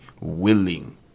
willing